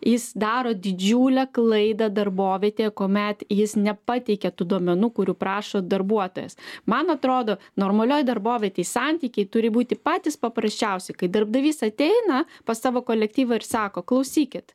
jis daro didžiulę klaidą darbovietėje kuomet jis nepateikia tų duomenų kurių prašo darbuotojas man atrodo normalioj darbovietėj santykiai turi būti patys paprasčiausi kai darbdavys ateina pas savo kolektyvą ir sako klausykit